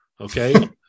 okay